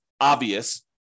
obvious